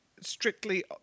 strictly